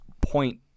point